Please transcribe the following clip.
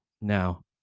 now